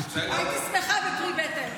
הייתי שמחה בפרי בטן.